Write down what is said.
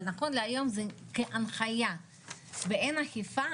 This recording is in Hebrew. אבל נכון להיום זה כהנחיה ואין אכיפה,